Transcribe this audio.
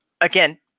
Again